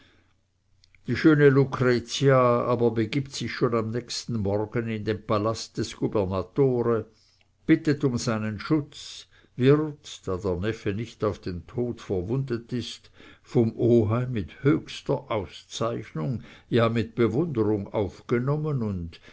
die schöne lucretia aber begibt sich schon am nächsten morgen in den palast des gubernatore bittet um seinen schutz wird da der neffe nicht auf den tod verwundet ist vom oheim mit höchster auszeichnung ja mit bewunderung aufgenommen und